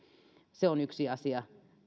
se on yksi asia